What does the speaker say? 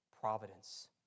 providence